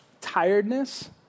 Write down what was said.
tiredness